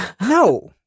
No